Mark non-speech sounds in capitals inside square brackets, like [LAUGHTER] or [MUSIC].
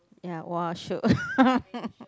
ya !wah! shiok [LAUGHS]